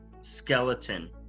skeleton